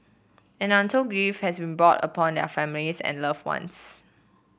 and untold grief has been brought upon their families and loved ones